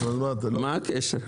מה הקשר?